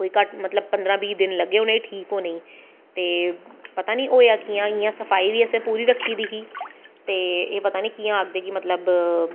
कोई पंदरां बीह् दिन लग्गे उनेंगी ठीक होनें गी ते पता नी होया कियां इयां सफाई बी असैं पूरी रक्खी दी ही ते एह् पता नी कियां आखदे कि